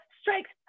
strikes